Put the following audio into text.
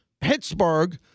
Pittsburgh